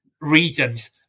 reasons